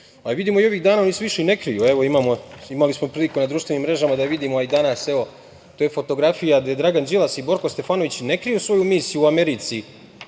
uberu. Vidimo ovih dana, oni se više i ne kriju. Evo, imali smo priliku na društvenim mrežama da vidimo, a i danas, evo. To je fotografija gde Dragan Đilas i Borko Stefanović ne kriju svoju misiju u Americi,